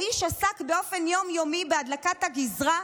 האיש עסק באופן יום-יומי בהדלקת הגזרה,